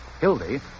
Hildy